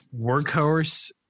workhorse